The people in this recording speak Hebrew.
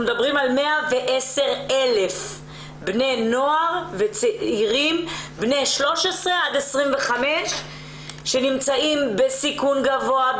110,000 בני נוער וצעירים בגילאי 13 עד 25 שנמצאים בסיכון גבוה,